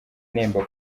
nemba